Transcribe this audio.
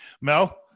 Mel